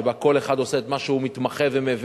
שבה כל אחד עושה את מה שהוא מתמחה ומבין,